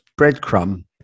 breadcrumb